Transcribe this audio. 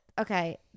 okay